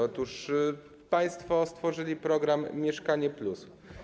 Otóż państwo stworzyli program „Mieszkanie+”